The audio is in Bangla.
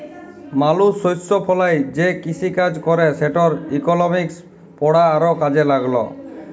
মালুস শস্য ফলায় যে কিসিকাজ ক্যরে সেটর ইকলমিক্স পড়া আরও কাজে ল্যাগল